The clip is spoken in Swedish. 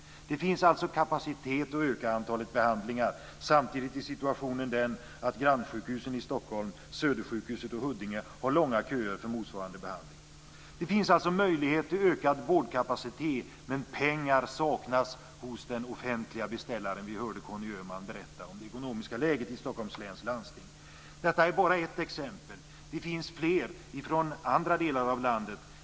Det finns alltså kapacitet att öka antalet behandlingar. Samtidigt är situationen den att grannsjukhusen i Stockholm - Södersjukhuset och Huddinge - har långa köer för motsvarande behandling. Det finns alltså möjlighet till ökad vårdkapacitet, men pengar saknas hos den offentliga beställaren. Vi hörde Conny Öhman berätta om det ekonomiska läget i Stockholms läns landsting. Detta är bara ett exempel. Det finns fler från andra delar av landet.